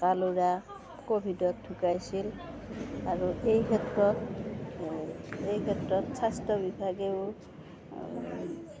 ডেকা ল'ৰা ক'ভিডত ঢুকাইছিল আৰু এই ক্ষেত্ৰত এই ক্ষেত্ৰত স্বাস্থ্য বিভাগেও